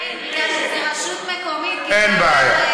כן, בגלל שזו רשות מקומית, אין בעיה.